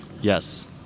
Yes